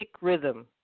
rhythm